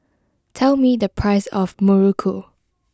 tell me the price of Muruku